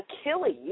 Achilles